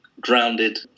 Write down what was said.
grounded